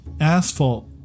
asphalt